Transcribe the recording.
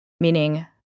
meaning